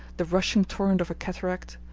the rushing torrent of a cataract,